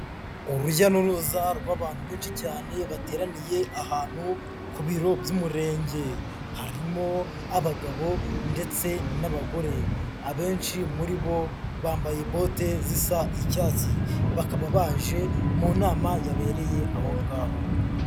Urujya n'uruza rw'abantu benshi cyane bateraniye ahantu ku biro by'umurenge, harimo abagabo ndetse n'abagore, abenshi muri bo bambaye bote zisa icyatsi, bakaba baje mu nama yabereye aho ngaho.